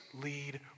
lead